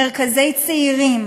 מרכזי צעירים,